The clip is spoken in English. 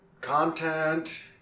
content